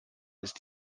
ist